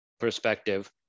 perspective